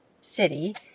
city